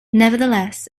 nevertheless